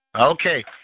Okay